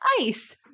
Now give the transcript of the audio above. ice